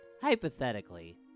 hypothetically